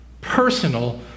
personal